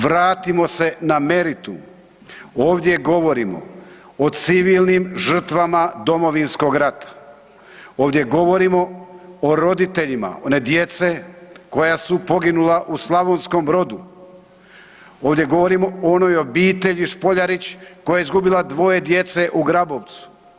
Vratimo se na meritum, ovdje govorimo o civilnim žrtvama Domovinskog rata, ovdje govorimo o roditeljima one djece koja su poginula u Slavonskom Brodu, ovdje govorimo o onoj obitelji Špoljarić koja je izgubila dvoje djece u Grabovcu.